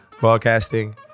broadcasting